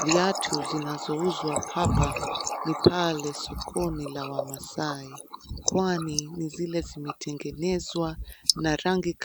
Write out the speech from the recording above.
Viatu zinazouzwa hapa ni pale sokoni la wamaasai, kwani ni zile zimetengenezwa na rangi